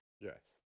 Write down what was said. Yes